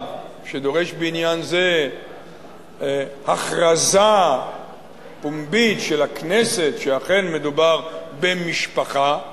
שדורש בעניין זה הכרזה פומבית של הכנסת שאכן מדובר במשפחה,